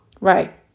Right